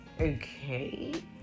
okay